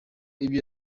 ibyo